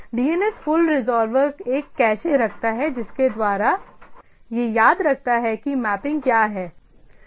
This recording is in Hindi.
DNS फुल रिज़ॉल्वर एक कैशे रखता है जिसके द्वारा यह याद रखता है कि मैपिंग क्या है